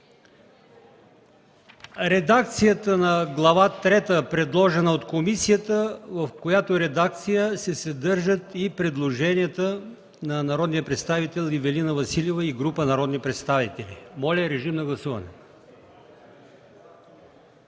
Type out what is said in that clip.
редакцията на Глава трета, предложена от комисията, в която се съдържат и предложенията на народния представител Ивелина Василева и група народни представители. Гласували